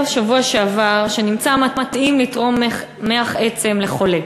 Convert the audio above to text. בשבוע שעבר שנמצא מתאים לתרום מח עצם לחולה.